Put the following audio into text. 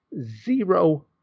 zero